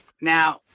now